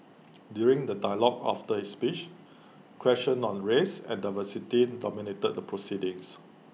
during the dialogue after his speech questions on race and diversity dominated the proceedings